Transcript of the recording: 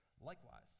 likewise